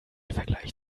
vergleich